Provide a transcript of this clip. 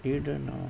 you don't know